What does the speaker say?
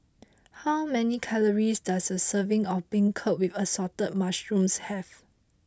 how many calories does a serving of Beancurd with Assorted Mushrooms have